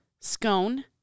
Scone